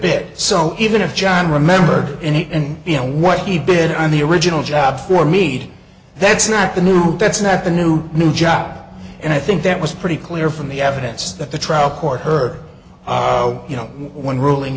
bit so even if john remembered it and you know what he did on the original job for me that's not the new that's not the new new job and i think that was pretty clear from the evidence that the trial court heard you know when ruling